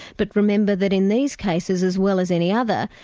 but remember that in these cases as well as any other,